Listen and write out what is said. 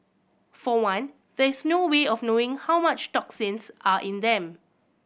for one there is no way of knowing how much toxins are in them